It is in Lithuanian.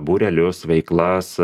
būrelius veiklas